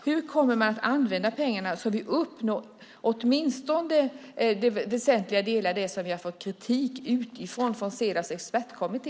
Hur kommer man att använda pengarna så att vi åtminstone i väsentliga delar uppnår det som vi har fått kritik för utifrån, från Cedaws expertkommitté?